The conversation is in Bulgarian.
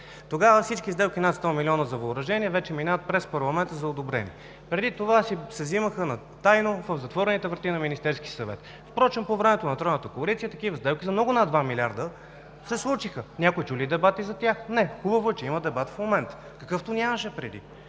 Оттогава всички сделки над 100 милиона за въоръжение вече минават през парламента за одобрение. Преди това се взимаха тайно, в затворените врати на Министерски съвет. Впрочем по времето на Тройната коалиция такива сделки за много над два милиарда, се случиха, някакви дебати за тях – не. Хубаво е, че има дебат в момента, какъвто нямаше преди.